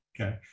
Okay